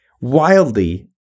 Wildly